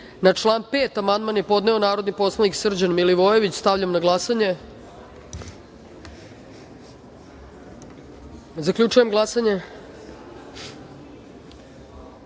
član 5. amandman je podneo narodni poslanik Srđan Milivojević. Stavljam na glasanje amandman. Zaključujem glasanje: